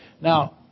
Now